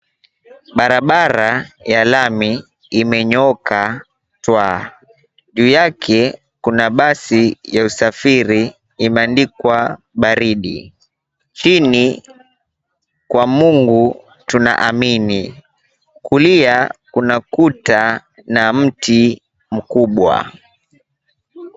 Barabara ya lami imenyooka twaa. Juu yake kuna basi ya usafiri imeandikwa, baridi. Chini, kwa mungu tunaamini. Kulia kuna kuta na mti mkubwa.